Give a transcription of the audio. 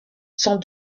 sans